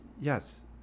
Yes